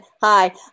Hi